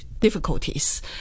difficulties